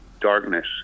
darkness